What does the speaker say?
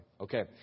Okay